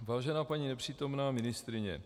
Vážená paní nepřítomná paní ministryně.